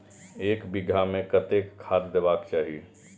एक बिघा में कतेक खाघ देबाक चाही?